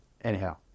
Anyhow